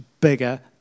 bigger